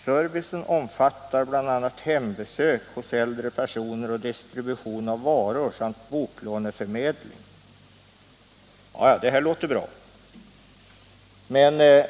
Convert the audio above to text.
Servicen omfattar bl.a. hembesök hos äldre personer och distribution av varor samt boklåneförmedling.” Det här låter bra.